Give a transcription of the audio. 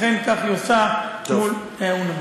אכן כך היא עושה מול אונר"א.